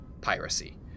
piracy